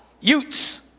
Utes